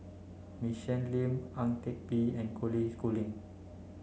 Michelle Lim Ang Teck Bee and Colin Schooling